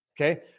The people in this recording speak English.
Okay